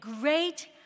great